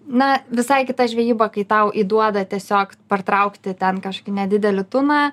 na visai kita žvejyba kai tau įduoda tiesiog partraukti ten kažkokį nedidelį tuną